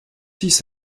six